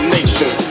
Nation